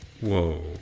Whoa